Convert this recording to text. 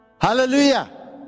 Hallelujah